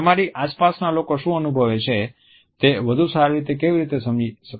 તમારી આસપાસના લોકો શું અનુભવે છે તે વધુ સારી રીતે કેવી રીતે સમજવું